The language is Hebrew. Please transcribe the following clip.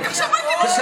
עד עכשיו הייתי בשקט.